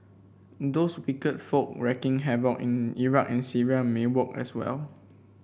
those wicked folk wreaking havoc in Iraq and Syria may work as well